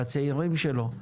לצעירים שלו,